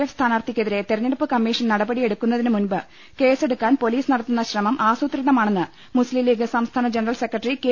F സ്ഥാനാർത്ഥിക്കെതിരെ തെരഞ്ഞെടുപ്പ് commission നടപടി എടുക്കുന്നതിനുമുമ്പ് കേസെടുക്കാൻ പൊലീസ് നടത്തുന്ന ശ്രമം ആസൂത്രിതമാണെന്ന് മുസ്ലിം ലീഗ് സംസ്ഥാന ജനറൽ സെക്രട്ടറി കെ